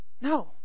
No